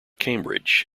cambridge